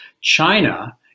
China